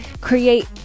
create